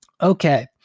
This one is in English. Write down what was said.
Okay